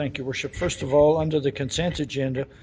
like your worship. first of all, under the consent agenda,